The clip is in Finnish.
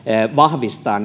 vahvistaa